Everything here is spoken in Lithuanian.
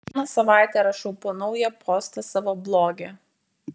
kiekvieną savaitę rašau po naują postą savo bloge